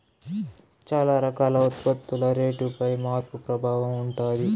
చాలా రకాల ఉత్పత్తుల రేటుపై మార్పు ప్రభావం ఉంటది